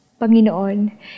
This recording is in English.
panginoon